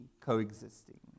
coexisting